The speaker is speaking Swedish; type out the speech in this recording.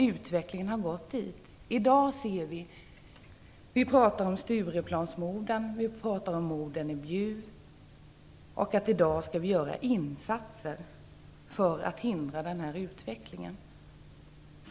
Utvecklingen har gått dithän. I dag pratar vi om Stureplansmorden, vi pratar om mordet i Bjuv och att vi skall göra insatser för att hejda den här utvecklingen.